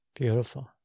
Beautiful